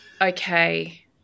Okay